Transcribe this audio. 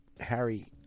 Harry